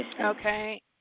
Okay